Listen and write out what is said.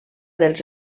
dels